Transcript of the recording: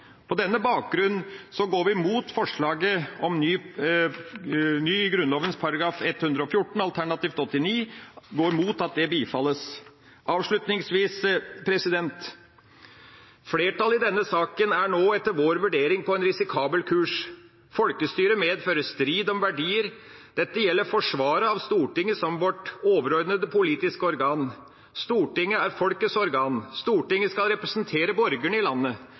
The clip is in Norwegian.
På denne bakgrunn går vi imot at forslaget om ny § 114 i Grunnloven, alternativt § 89, bifalles. Avslutningsvis: Flertallet i denne saken er nå, etter vår vurdering, på en risikabel kurs. Folkestyret medfører strid om verdier. Dette gjelder forsvaret av Stortinget som vårt overordnede politiske organ. Stortinget er folkets organ. Stortinget skal representere borgerne i landet.